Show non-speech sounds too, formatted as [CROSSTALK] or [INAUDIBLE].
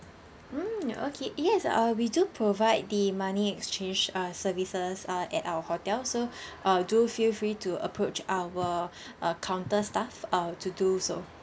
mm okay yes uh we do provide the money exchange uh services uh at our hotel so [BREATH] uh do feel free to approach our [BREATH] uh counter staff uh to do so